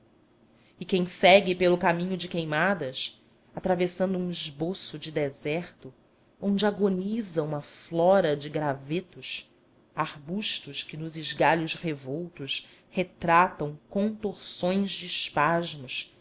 e quem segue pelo caminho de queimadas atravessando um esboço de deserto onde agoniza uma flora de gravetos arbustos que nos esgalhos revoltos retratam contorções de espasmos